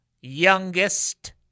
youngest